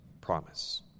promise